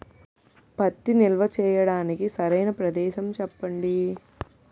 పత్తి నిల్వ చేయటానికి సరైన ప్రదేశం చెప్పండి?